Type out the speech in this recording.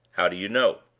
how do you know?